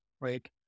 right